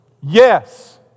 Yes